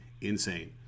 insane